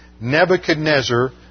Nebuchadnezzar